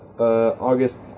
August